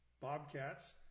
bobcats